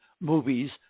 movies